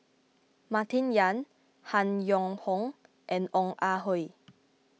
Martin Yan Han Yong Hong and Ong Ah Hoi